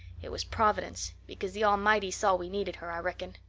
it was providence, because the almighty saw we needed her, i reckon.